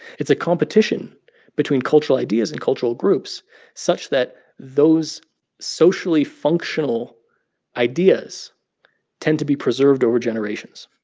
it's a competition between cultural ideas and cultural groups such that those socially functional ideas tend to be preserved over generations.